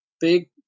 big